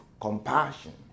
compassion